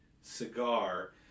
cigar